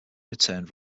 returned